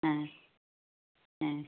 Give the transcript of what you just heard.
ಹ್ಞೂ ಹ್ಞೂ